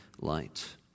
light